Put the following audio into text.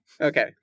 Okay